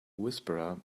whisperer